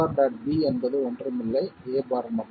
b என்பது ஒன்றும் இல்லை a' மட்டும்